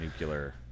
nuclear